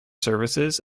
services